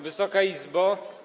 Wysoka Izbo!